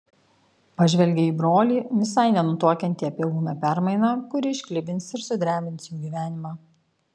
pažvelgė į brolį visai nenutuokiantį apie ūmią permainą kuri išklibins ir sudrebins jų gyvenimą